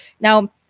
Now